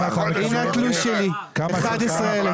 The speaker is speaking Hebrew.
הנה התלוש שלי: 11,000